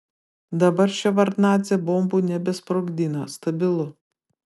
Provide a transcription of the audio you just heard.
dabar ševardnadzė bombų nebesprogdina stabilu